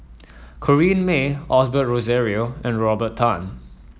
Corrinne May Osbert Rozario and Robert Tan